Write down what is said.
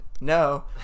no